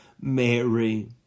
Mary